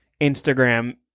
instagram